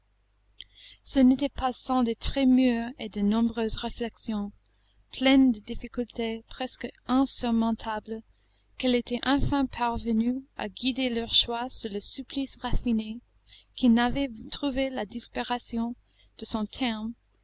ce n'était pas sans de très mûres et de nombreuses réflexions pleines de difficultés presque insurmontables qu'elles étaient enfin parvenues à guider leur choix sur le supplice raffiné qui n'avait trouvé la disparition de son terme